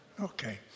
Okay